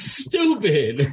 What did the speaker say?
stupid